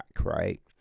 right